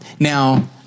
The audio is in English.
Now